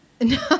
No